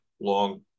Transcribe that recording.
long